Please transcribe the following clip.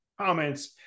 comments